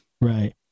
Right